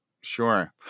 Sure